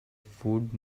food